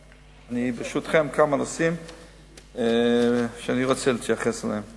ברשותכם, אני רוצה להתייחס לכמה נושאים.